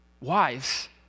wives